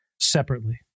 separately